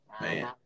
Man